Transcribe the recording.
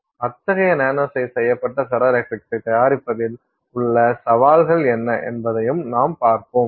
அத்தகைய நானோசைஸ் செய்யப்பட்ட ஃபெரோஎலக்ட்ரிக்ஸை தயாரிப்பதில் உள்ள சவால்கள் என்ன என்பதையும் நாம் பார்ப்போம்